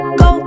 go